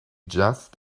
just